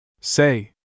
Say